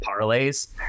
parlays